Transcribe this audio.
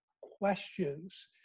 questions